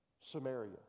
Samaria